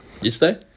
Yesterday